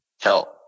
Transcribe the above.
Help